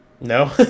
No